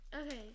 okay